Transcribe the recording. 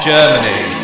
Germany